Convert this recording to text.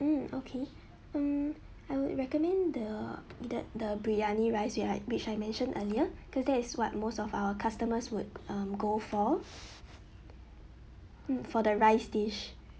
hmm okay hmm I would recommend the the the biryani rice you like which I mentioned earlier because that's what most of our customers would um go for hmm for the rice dish